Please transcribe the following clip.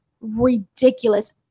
ridiculous